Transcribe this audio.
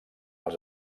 als